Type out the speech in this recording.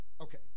okay